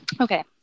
okay